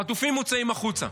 חטופים מוצאים החוצה.